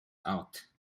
out